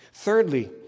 Thirdly